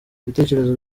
ibitekerezo